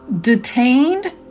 detained